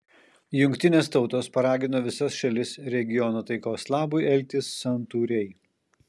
jungtinės tautos paragino visas šalis regiono taikos labui elgtis santūriai